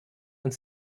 und